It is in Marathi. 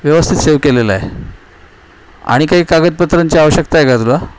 व्यवस्थित सेव केलेला आहे आणि काही कागदपत्रांची आवश्यकता आहे काय तुला